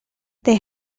they